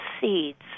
seeds